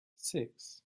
six